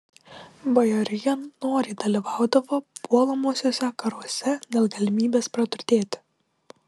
bajorija noriai dalyvaudavo puolamuosiuose karuose dėl galimybės praturtėti